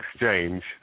exchange